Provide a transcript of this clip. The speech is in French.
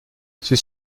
ceux